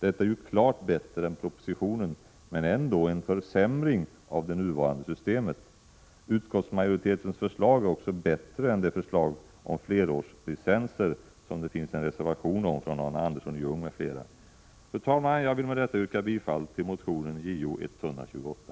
Detta är ju klart bättre än propositionen men ändå en försämring av det nuvarande systemet. Utskottsmajoritetens förslag är också bättre än det förslag om flerårslicenser som det finns en reservation om från Arne Andersson i Ljung m.fl. Fru talman! Jag vill med detta yrka bifall till motion Jo128.